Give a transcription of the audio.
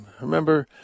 Remember